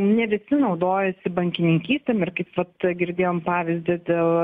ne visi naudojasi bankininkystėm ir kaip vat girdėjome pavyzdį dėl